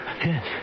Yes